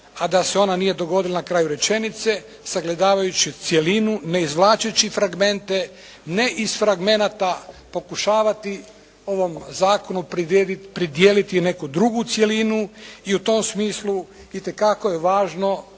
a da se ona nije dogodila na kraju rečenice, sagledavajući cjelinu ne izvlačeći fragmente, ne iz fragmenata pokušavati ovom zakonu pridijeliti neku drugu cjelinu i u tom smislu i te kako je važno